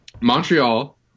Montreal